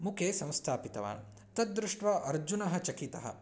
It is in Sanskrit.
मुखे संस्थापितवान् तद्दृष्ट्वा अर्जुनः चकितः